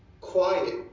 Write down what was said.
Quiet